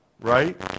right